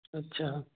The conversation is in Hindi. अच्छा